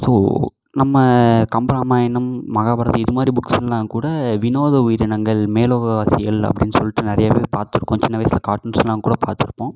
so நம்ம கம்பராமாயணம் மகாபாரதம் இது மாதிரி புக்ஸ்லெலாம் கூட வினோத உயிரினங்கள் மேலோக வாசிகள் அப்படின்னு சொல்லிட்டு நிறைய பேர் பார்த்துருக்கோம் சின்ன வயசு கார்டூன்ஸெலாம் கூட பார்த்துருப்போம்